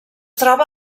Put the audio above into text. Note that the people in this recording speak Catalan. troba